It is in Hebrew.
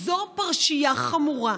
בפרשייה כזאת חמורה.